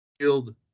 Shield